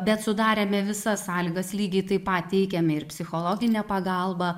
bet sudarėme visas sąlygas lygiai taip pat teikėme ir psichologinę pagalbą